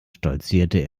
stolzierte